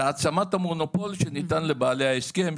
והעצמת המונופול שניתן לבעלי ההסכם,